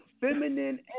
feminine